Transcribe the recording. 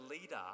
leader